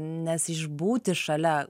nes išbūti šalia